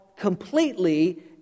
completely